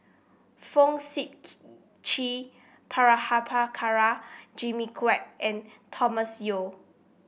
Fong Sip Chee Prabhakara Jimmy Quek and Thomas Yeo